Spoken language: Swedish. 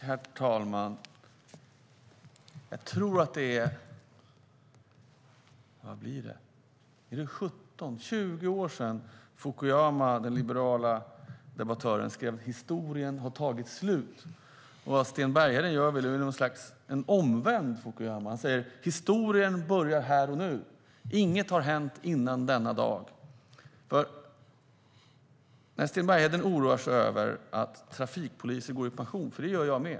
Herr talman! Jag tror att det är 20 år sedan den liberala debattören Fukuyama skrev att historien har tagit slut. Sten Bergheden gör nu ett omvänt Fukuyamauttalande och säger att historien börjar här och nu, och inget har hänt innan denna dag. Sten Bergheden oroar sig över att trafikpoliser går i pension, och det gör jag med.